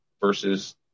versus